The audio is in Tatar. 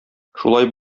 шулай